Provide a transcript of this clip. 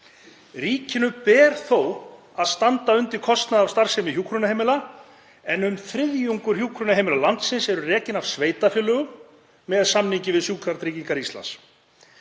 Ríkinu ber þó að standa undir kostnaði af starfsemi hjúkrunarheimila en um þriðjungur hjúkrunarheimila landsins er rekinn af sveitarfélögum með samningi við Sjúkratryggingar Íslands.